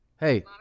Hey